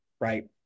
Right